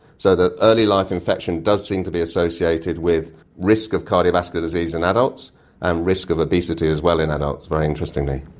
so that early life infection does seem to be associated with the risk of cardiovascular disease in adults and risk of obesity as well in adults, very interestingly.